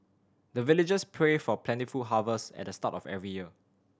the villagers pray for plentiful harvest at the start of every year